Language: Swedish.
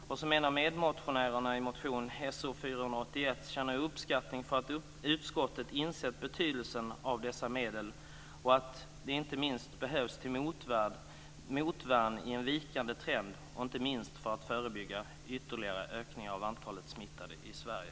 Som en av medmotionärerna till motion So481 känner jag uppskattning för att utskottet insett betydelsen av dessa medel, att de behövs till motvärn i en vikande trend och inte minst för att förebygga ytterligare ökningar av antalet smittade i Sverige.